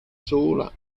sola